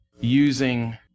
using